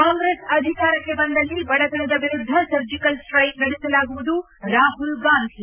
ಕಾಂಗ್ರೆಸ್ ಅಧಿಕಾರಕ್ಕೆ ಬಂದಲ್ಲಿ ಬಡತನದ ವಿರುದ್ಧ ಸರ್ಜಿಕಲ್ ಸ್ಟೈಕ್ ನಡೆಸಲಾಗುವುದು ರಾಮಲ್ ಗಾಂಧಿ